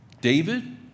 David